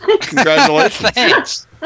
congratulations